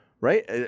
Right